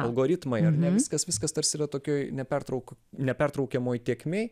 algoritmai ar ne viskas viskas tarsi yra tokioj nepertrauk nepertraukiamoj tėkmėj